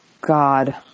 God